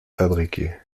fabriquer